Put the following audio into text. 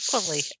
equally